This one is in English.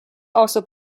also